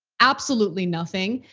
absolutely nothing.